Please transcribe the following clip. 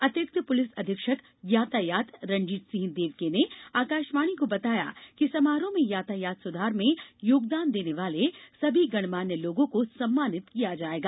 अतिरिक्त पुलिस अधीक्षक यातायात रणजीत सिंह देवके ने आकाशवाणी को बताया कि समारोह में यातायात सुधार में योगदान देने वाले सभी गणमान्य लोगों को सम्मानित किया जाएगा